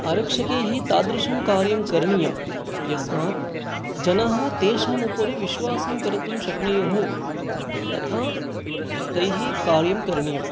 आरक्षकैः तादृशं कार्यं करणीयं यस्मात् जनाः तेषाम् उपरि विश्वासं कर्तुं शक्नयुः तथा तैः कार्यं करणीयम्